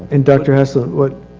and dr. haslund what.